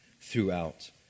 throughout